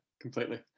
completely